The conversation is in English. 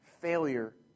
failure